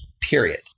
period